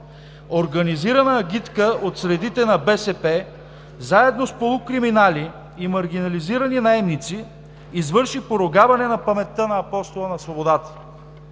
организирана агитка от средите на БСП заедно с полукриминали и маргинализирани наемници извърши поругаване на паметта на Апостола на свободата.